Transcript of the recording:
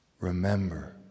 Remember